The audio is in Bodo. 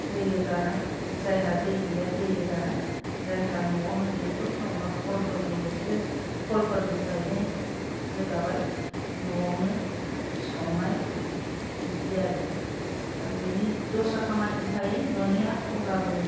दै रोगानाय जायहा दै गैया दै रोगानाय जायहा न'आवनो दैखर दं बा कलफोर दं बेसोरो कलफोरनिफ्रायनो रोगाबाय न'आवनो संनाय बिदि आरो दा बिनि दस्रा खामानिबो थायो न'निया अब्लाबो